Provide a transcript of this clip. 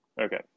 okay